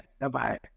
Bye-bye